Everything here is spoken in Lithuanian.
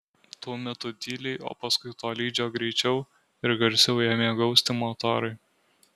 tuo metu tyliai o paskui tolydžio greičiau ir garsiau ėmė gausti motorai